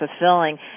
fulfilling